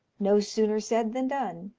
no sooner said than done.